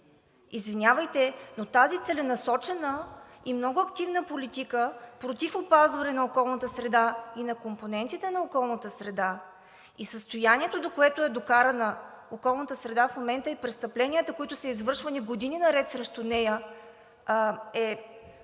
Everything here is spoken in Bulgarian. Извинявайте, но тази целенасочена и много активна политика против опазване на околната среда и на компонентите на околната среда и състоянието, до което е докарана околната среда в момента, и престъпленията, които са извършвани години наред срещу нея, е